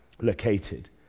located